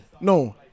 No